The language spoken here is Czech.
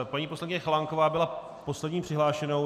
Paní poslankyně Chalánková byla poslední přihlášenou.